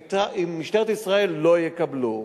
משטרת ישראל לא יקבלו.